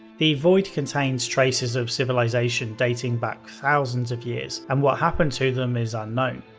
the void contains traces of civilization dating back thousands of years and what happened to them is unknown.